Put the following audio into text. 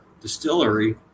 distillery